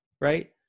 right